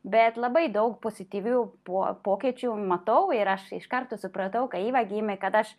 bet labai daug pozityvių po pokyčių matau ir aš iš karto supratau kai iva gimė kad aš